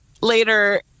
later